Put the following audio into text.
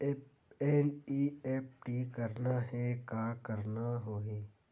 NEFT करना हे का करना होही?